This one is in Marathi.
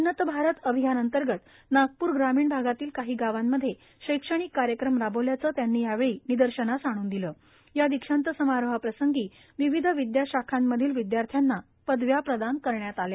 उन्नत भारत अभियान अंतर्गत नागप्र ग्रामीण भागातील काही गावांमध्य शैक्षणिक कार्यक्रम राबवल्याच त्यांनी यावछी निदर्शनास आणून दिल या दीक्षांत समारोहाप्रसंगी विविध विद्याशाखप्रील विद्र्यार्थ्यांना पदव्या प्रदान करण्यात आल्या